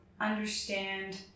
understand